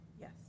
Yes